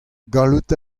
gallout